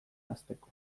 hasteko